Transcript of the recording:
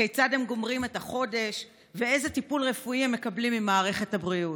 כיצד הם גומרים את החודש ואיזה טיפול רפואי הם מקבלים ממערכת הבריאות.